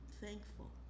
thankful